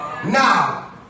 Now